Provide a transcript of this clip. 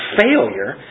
failure